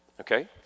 okay